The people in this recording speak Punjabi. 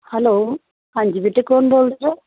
ਹੈਲੋ ਹਾਂਜੀ ਬੇਟੇ ਕੌਣ ਬੋਲ ਰਹੇ ਹੋ